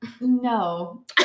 No